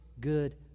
good